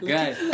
Guys